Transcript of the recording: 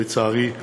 לצערי,